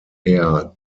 her